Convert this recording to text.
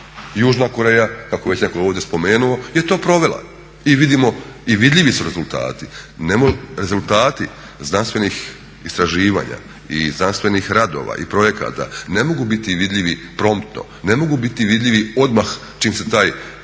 Južna Koreja kako je već netko ovdje spomenuo je to provela i vidimo, vidljivi su rezultati. Rezultati znanstvenih istraživanja i znanstvenih radova i projekata ne mogu biti vidljivi promptno, ne mogu biti vidljivi odmah čim se taj rad